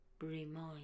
Remind